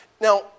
Now